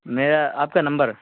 میں آپ کا نمبر